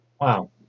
Wow